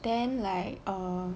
then like err